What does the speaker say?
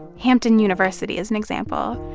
hampton university is an example.